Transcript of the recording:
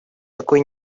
какое